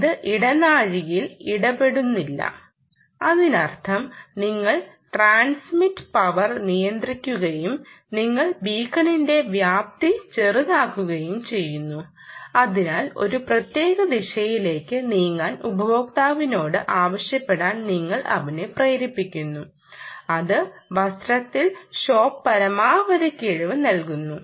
ഇത് ഇടനാഴിയിൽ ഇടപെടുന്നില്ല അതിനർത്ഥം നിങ്ങൾ ട്രാൻസ്മിറ്റ് പവർ നിയന്ത്രിക്കുകയും നിങ്ങൾ ബീക്കണിന്റെ വ്യാപ്തി ചെറുതാക്കുകയും ചെയ്യുന്നു അതിനാൽ ഒരു പ്രത്യേക ദിശയിലേക്ക് നീങ്ങാൻ ഉപയോക്താവിനോട് ആവശ്യപ്പെടാൻ നിങ്ങൾ അവനെ പ്രേരിപ്പിക്കുന്നു അത് വസ്ത്രത്തിൽ ഷോപ്പ് പരമാവധി കിഴിവ് നൽകും